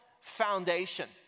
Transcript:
foundation